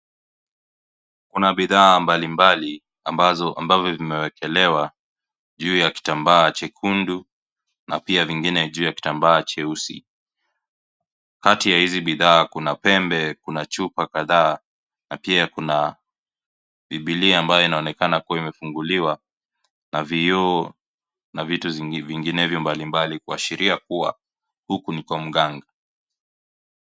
Kuna bidhaa mbalimbali ambavyo vimeekelewa juu ya kitambaa jekundu na pia vingine juu ya kitambaa cheusi. Kati ya hizi bidhaa kuna pembe, kuna chupa kadhaa na pia kuna bibilia ambayo inaonekana kuwa imefunguliwa na vioo na vitu vinginevyo mbalimbali kuashiria kuwa huku ni kwa mganga.